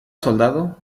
soldado